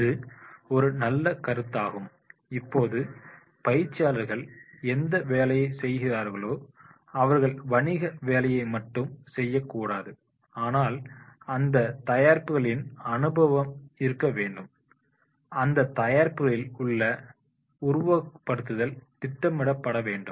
இது ஒரு நல்ல கருத்தாகும் இப்போது பயிற்சியாளர்கள் எந்த வேலையை செய்கிறார்களோ அவர்கள் வணிக வேலையை மட்டும் செய்ய கூடாது ஆனால் அந்த தயாரிப்புகளில் அனுபவம் இருக்க வேண்டும் இந்த தயாரிப்புகளில் உள்ள உள்ள உருவகப்படுத்துதல் திட்டமிடப்பட வேண்டும்